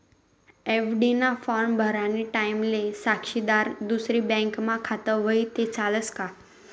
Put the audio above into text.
FD ना form भरानी टाईमले साक्षीदारनं दुसरी बँकमा खातं व्हयी ते चालस का